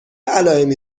علائمی